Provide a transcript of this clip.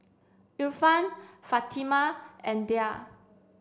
Irfan Fatimah and Dhia